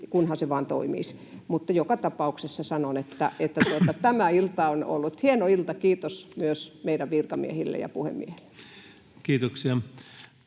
kunhan se vain toimisi. Joka tapauksessa sanon, että tämä ilta on ollut hieno ilta. Kiitos myös meidän virkamiehillemme ja puhemiehelle. [Speech